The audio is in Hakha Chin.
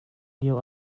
lio